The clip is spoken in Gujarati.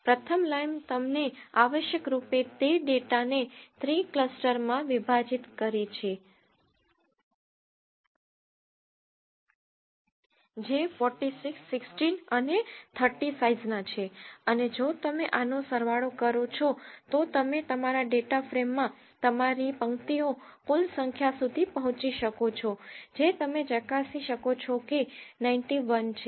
પ્રથમ લાઇન તમને આવશ્યક રૂપે તે ડેટાને 3 ક્લસ્ટર માં વિભાજીત કરી છે જે 46 16 અને 30 સાઈઝના છે અને જો તમે આનો સરવાળો કરો છો તો તમે તમારા ડેટા ફ્રેમમાં તમારી પંક્તિઓ કુલ સંખ્યા સુધી પહોચી શકો છો જે તમે ચકાસી શકો છો કે 91 છે